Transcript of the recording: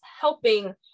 helping